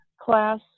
class